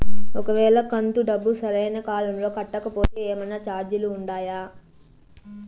ఒక వేళ కంతు డబ్బు సరైన కాలంలో కట్టకపోతే ఏమన్నా చార్జీలు ఉండాయా?